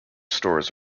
stores